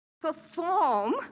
perform